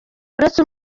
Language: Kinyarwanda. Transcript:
uretse